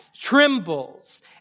trembles